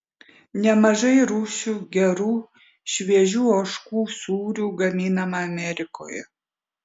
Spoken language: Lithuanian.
nemažai rūšių gerų šviežių ožkų sūrių gaminama amerikoje